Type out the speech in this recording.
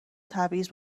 تبعیض